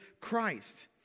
Christ